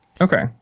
Okay